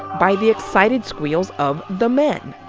by the excited squeals of the men.